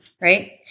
right